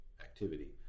activity